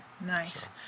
Nice